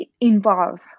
involve